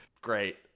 Great